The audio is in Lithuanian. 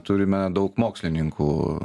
turime daug mokslininkų